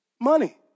money